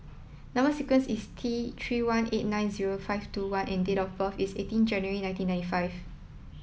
number sequence is T three one eight nine zero five two one and date of birth is eighteen January nineteen ninety five